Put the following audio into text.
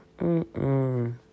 mm-mm